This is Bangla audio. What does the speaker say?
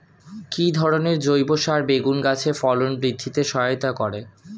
কি ধরনের জৈব সার বেগুন গাছে ফলন বৃদ্ধিতে সহায়তা করে?